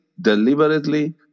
deliberately